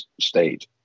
state